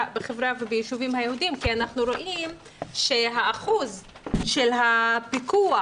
וביישובים היהודיים כי אנחנו רואים שהאחוז של הפיקוח